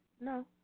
No